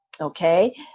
Okay